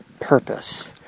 purpose